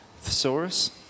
thesaurus